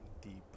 deep